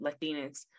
Latinx